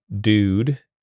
dude